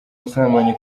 busambanyi